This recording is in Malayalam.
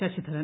ശശിധരൻ